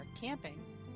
camping